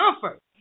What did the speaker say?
comfort